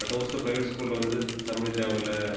but ஒரு சில private ஸ்கூலில் வந்து தமிழ் தேவயில்லை